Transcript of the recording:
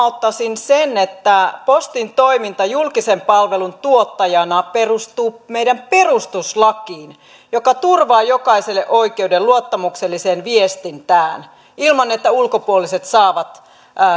tähän saliin huomauttaisin että postin toiminta julkisen palvelun tuottajana perustuu meidän perustuslakiin joka turvaa jokaiselle oikeuden luottamukselliseen viestintään ilman että ulkopuoliset saavat